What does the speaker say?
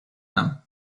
them